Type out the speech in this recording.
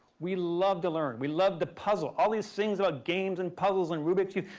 we love to learn. we love the puzzle. all these things about games and puzzles and rubik cube,